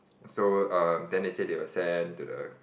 so um then they say they will send to the